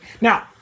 Now